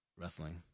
wrestling